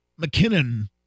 McKinnon